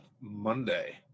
Monday